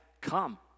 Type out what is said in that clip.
come